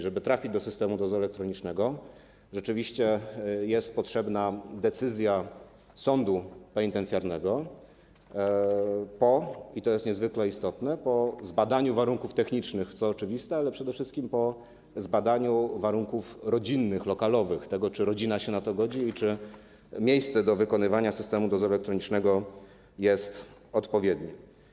Żeby trafić do systemu dozoru elektronicznego, rzeczywiście jest potrzebna decyzja sądu penitencjarnego, po - i to jest niezwykle istotne - nie tylko zbadaniu warunków technicznych, co oczywiste, ale przede wszystkim po zbadaniu warunków rodzinnych, lokalowych, tego, czy rodzina się na to godzi i czy miejsce do objęcia systemem dozoru elektronicznego jest odpowiednie.